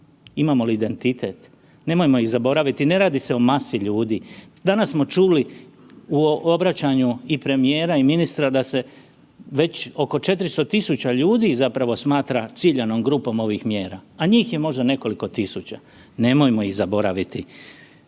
imamo li identitet, nemojmo ih zaboraviti, ne radi se o masi ljudi. Danas smo čuli u obraćanju i premijera i ministra da se već oko 400 000 ljudi zapravo smatra ciljanom grupom ovih mjera, a njih je možda nekoliko tisuća. Nemojmo ih zaboraviti.